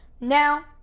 Now